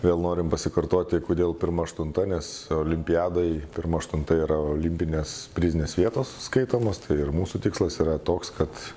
vėl norim pasikartoti kodėl pirma aštunta nes olimpiadai pirma aštunta yra olimpinės prizinės vietos skaitomos tai ir mūsų tikslas yra toks kad